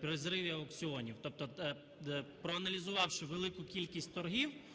при зриві аукціонів, тобто, проаналізувавши велику кількість торгів